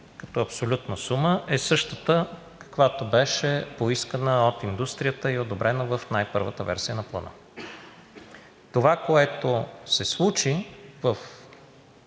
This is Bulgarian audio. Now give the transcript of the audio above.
като абсолютна сума е същата, каквато беше поискана от индустрията и одобрена в най-първата версия на Плана. Това, което се случи